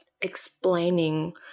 explaining